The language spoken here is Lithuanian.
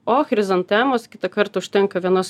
o chrizantemos kitąkart užtenka vienos